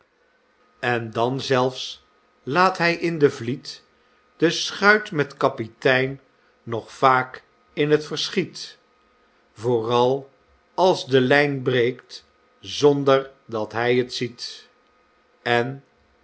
en dan zelfs laat hy in de vliet de schuit met kaptein nog vaak in t verschiet vooral als de lijn breekt zonder dat hy t ziet de